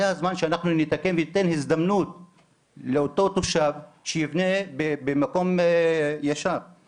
ואתה אומר שאיזה יישובים קיבלו תקציבים ממשרד השיכון?